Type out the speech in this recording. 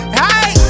hey